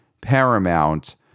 Paramount